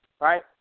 right